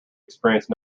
experienced